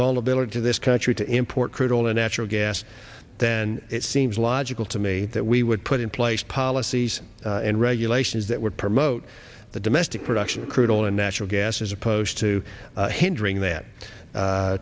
vulnerability to this country to import crude oil natural gas then it seems logical to me that we would put in place policies and regulations that would promote the domestic production of crude oil and natural gas as opposed to hindering that